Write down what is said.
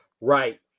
Right